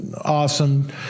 awesome